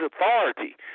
authority